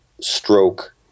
stroke